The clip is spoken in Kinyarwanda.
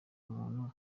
umuntu